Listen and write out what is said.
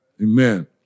Amen